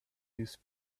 these